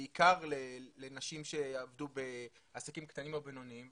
בעיקר לנשים שעבדו בעסקים קטנים או בינוניים.